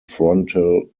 frontal